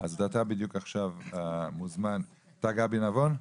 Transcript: אז אתה מוזמן לומר את דבריך, גבי נבון,